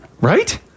right